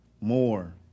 more